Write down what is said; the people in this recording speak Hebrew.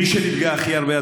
מי שנפגע הכי הרבה,